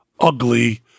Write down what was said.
ugly